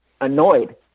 annoyed